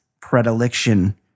predilection